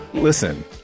Listen